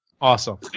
Awesome